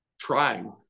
trying